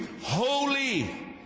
holy